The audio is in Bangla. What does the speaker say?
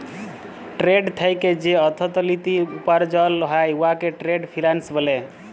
টেরেড থ্যাইকে যে অথ্থলিতি উপার্জল হ্যয় উয়াকে টেরেড ফিল্যাল্স ব্যলে